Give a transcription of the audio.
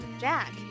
Jack